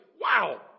wow